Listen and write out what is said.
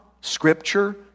Scripture